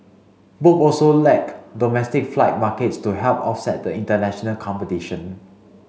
both also lack domestic flight markets to help offset the international competition